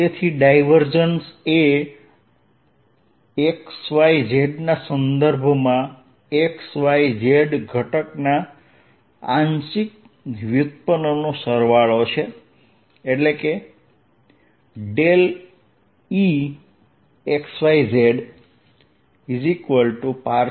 તેથી ડાયવર્જન્સ એ x y z ના સંદર્ભમાં x y z ઘટકના આંશિક વ્યુત્પન્નનો સરવાળો છે એટલે કે ∇